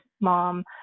mom